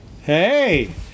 Hey